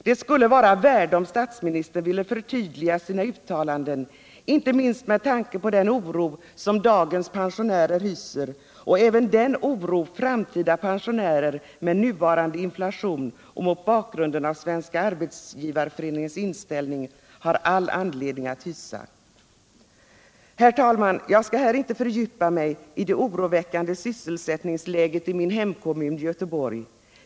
Det skulle vara av värde om statsministern ville förtydliga sina uttalanden inte minst med tanke på den oro som dagens pensionärer hyser och även den oro som framtida pensionärer med nuvarande inflation och mot bakgrunden av Svenska arbetsgivareföreningens inställning har all anledning att hysa. Herr talman! Jag skall här inte fördjupa mig i det oroväckande sysselsättningsläget i min hemkommun Göteborg.